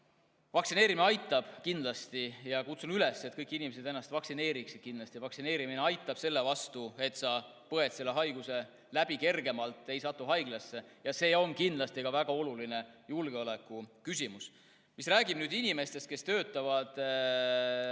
Vaktsineerimine aitab kindlasti ja kutsun üles, et kõik inimesed ennast vaktsineeriksid. Vaktsineerimine aitab, et sa põed selle haiguse läbi kergemalt, ei satu haiglasse. See on kindlasti ka väga oluline julgeolekuküsimus. Mis puudutab inimesi, kes töötavad